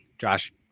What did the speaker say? Josh